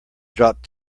dropped